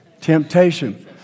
Temptation